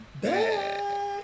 Bad